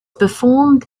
performed